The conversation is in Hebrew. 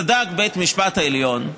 צדק בית המשפט העליון,